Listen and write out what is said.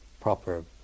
proper